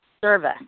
service